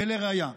ולראיה,